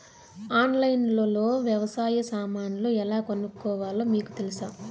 ఆన్లైన్లో లో వ్యవసాయ సామాన్లు ఎలా కొనుక్కోవాలో మీకు తెలుసా?